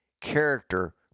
Character